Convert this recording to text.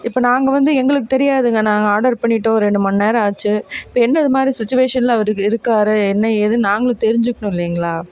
இப்போ நாங்கள் வந்து எங்களுக்கு தெரியாதுங்க நாங்கள் ஆடர் பண்ணிவிட்டோம் ரெண்டு மணி நேரம் ஆச்சு இப்போ என்ன இது மாதிரி சுச்சிவேஷனில் அவர் இருக்கார் என்ன ஏதுன்னு நாங்களும் தெரிஞ்சுக்கணும் இல்லைங்களா